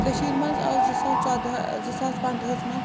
کشیٖرِ منٛز آو زٕ ساس ژۄدہ ٲں زٕ ساس پنٛدہَس منٛز